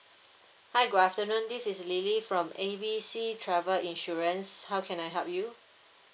hi good afternoon this is lily from A B C travel insurance how can I help you